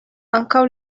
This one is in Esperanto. ankaŭ